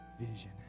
vision